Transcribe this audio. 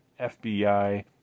FBI